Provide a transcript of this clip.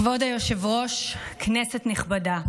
כבוד היושב-ראש, כנסת נכבדה,